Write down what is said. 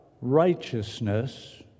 righteousness